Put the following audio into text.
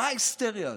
מה ההיסטריה הזאת?